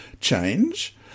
change